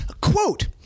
quote